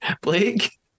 Blake